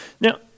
Now